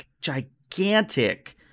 gigantic